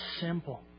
simple